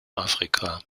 afrika